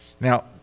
Now